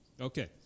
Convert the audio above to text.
Okay